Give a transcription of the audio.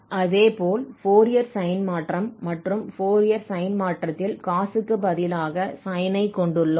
அதேபோல் Fourier sine மாற்றம் மற்றும் ஃபோரியர் சைன் மாற்றத்தில் cos க்கு பதிலாக sin ஐ கொண்டுள்ளோம்